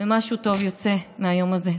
ומשהו טוב יוצא מהיום הזה.